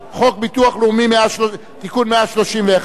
חוק הביטוח הלאומי (תיקון מס' 131,